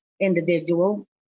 individual